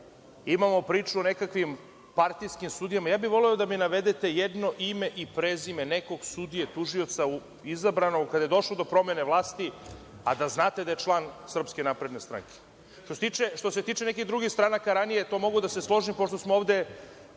imamo priču o nekakvim partijskim sudijama. Voleo bih da mi navedete jedno ime i prezime nekog sudije, tužioca izabranog, kada je došlo do promene vlasti, a da znate da je član SNS.Što se tiče nekih drugih stranaka ranije, to mogu da se složim, pošto smo ovde